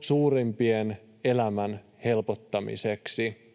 suurituloisimpien elämän helpottamiseksi.